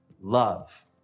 love